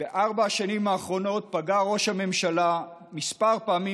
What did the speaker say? בארבע השנים האחרונות פגע ראש הממשלה כמה פעמים